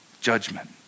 judgment